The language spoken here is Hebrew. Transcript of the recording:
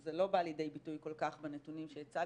זה לא בא לידי ביטוי כל כך בנתונים שהצגתם,